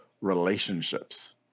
relationships